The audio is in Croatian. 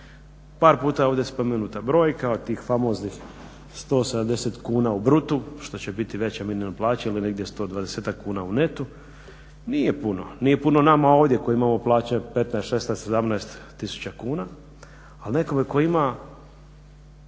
Par puta je ovdje spomenuta brojka od tih famoznih 170 kuna u brutu što će biti veća minimalna plaća ili negdje 120-ak kuna u netu, nije puno, nije puno nama ovdje koji imamo plaće 15, 16, 17 tisuća kuna ali nekome tko ima